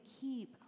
keep